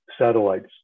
satellites